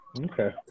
okay